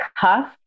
cuff